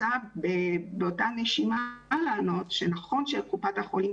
באותה נשימה אני רוצה לומר שנכון שקופות החולים